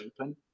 open